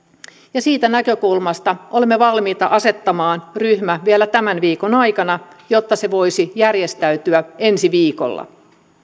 ja siitä näkökulmasta olemme valmiita asettamaan ryhmän vielä tämän viikon aikana jotta se voisi järjestäytyä ensi viikolla